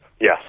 Yes